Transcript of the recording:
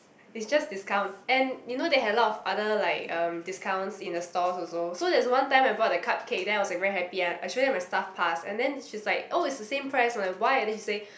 it's just discount and you know they have a lot of other like um discounts in the stalls also so there is one time I bought the cupcake then I was like very happy ah I show them my staff pass and then she is like oh it's same price you know why I why and then she say